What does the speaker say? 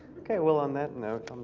ok, well on that note